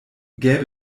gäbe